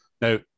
Now